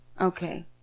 Okay